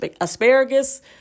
asparagus